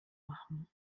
machen